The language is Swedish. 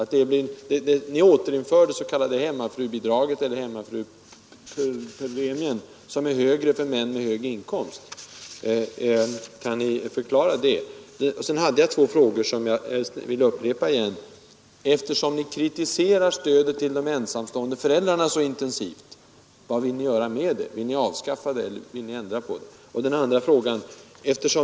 Ni vill återinföra den s.k. hemmafrupremien, som är högre för män med hög inkomst, Kan ni förklara varför? Jag vill upprepa mina två frågor. Eftersom ni kritiserar stödet till de ensamstående föräldrarna så intensivt, vill jag fråga: Vad vill ni göra med det? Vill ni avskaffa det eller vi ni ändra på det?